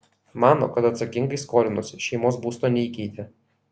mano kad atsakingai skolinosi šeimos būsto neįkeitė